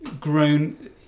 grown